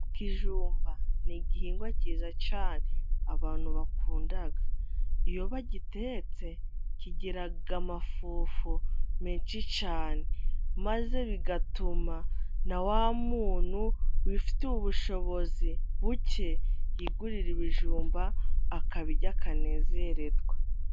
Ikijumba ni igihingwa cyiza cyane abantu bakunda iyo bagitetse, kigira amafufu menshi cyane, maze bigatuma na wa muntu wifitiye ubushobozi buke, yigurira ibijumba akabirya akanezererwa.